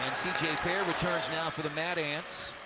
returns now for the mad ants.